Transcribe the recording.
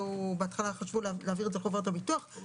בהתחלה חשבו להעביר את זה לחברות הביטוח אך